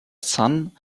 son